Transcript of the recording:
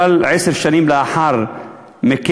אבל עשר שנים לאחר מכן,